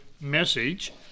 message